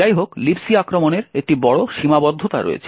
যাইহোক Libc আক্রমণের একটি বড় সীমাবদ্ধতা রয়েছে